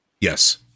Yes